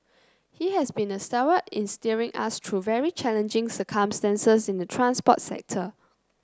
he has been a stalwart in steering us through very challenging circumstances in the transport sector